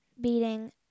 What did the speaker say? beating